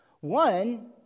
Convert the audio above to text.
One